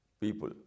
people